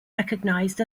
recognized